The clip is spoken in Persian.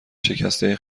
شکسته